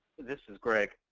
this is gregg,